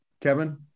Kevin